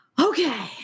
Okay